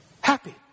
happy